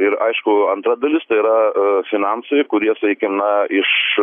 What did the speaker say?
ir aišku antra dalis tai yra finansai kurie sakykim na iš